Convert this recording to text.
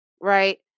right